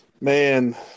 Man